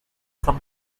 from